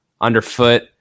underfoot